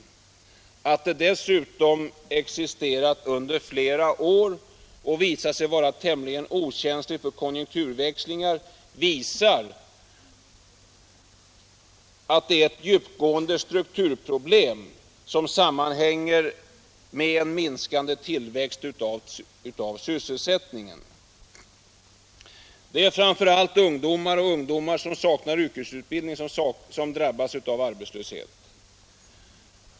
Att problemet dessutom har existerat under flera år och visat sig vara tämligen okänsligt för konjunkturväxlingar visar att det är ett djupgående strukturproblem, som sammanhänger med en minskande tillväxt av sysselsättningen. Framför allt ungdomar och ungdomar som saknar yrkesutbildning drabbas av arbetslöshet.